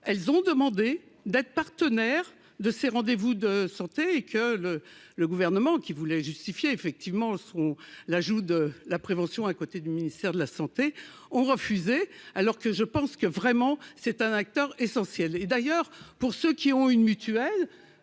elles ont demandé d'être partenaire de ses rendez vous de santé et que le le gouvernement qui voulait justifier effectivement seront l'ajout de la prévention à côté du ministère de la santé ont refusé alors que je pense que vraiment c'est un acteur essentiel et d'ailleurs, pour ceux qui ont une mutuelle,